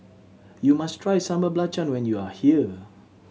you must try Sambal Belacan when you are here